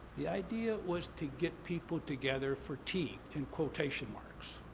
the idea was to get people together for tea, in quotation marks.